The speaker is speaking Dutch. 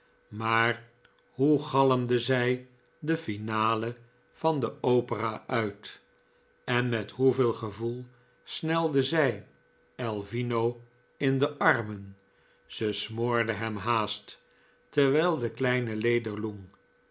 maar hoe galmde zij de finale van de opera uit en met hoeveel gevoel snelde zij elvino in de armen ze smoorde hem haast terwijl de kleine